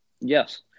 Yes